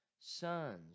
sons